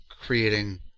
creating